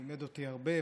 הוא לימד אותי הרבה,